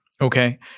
Okay